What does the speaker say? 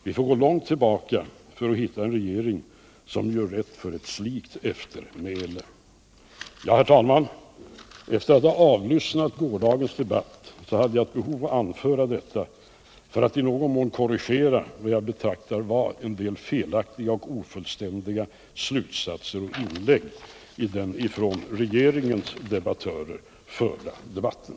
Vi får gå långt tillbaka för att hitta en regering som gör rätt för ett slikt eftermäle. Herr talman! Efter att ha avlyssnat gårdagens debatt hade jag behov av att anföra detta för att i någon mån korrigera vad jag anser vara felaktiga och ofullständiga slutsatser och inlägg i den av regeringens representanter förda debatten.